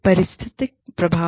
पारिस्थितिक प्रभाव